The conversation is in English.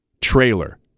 trailer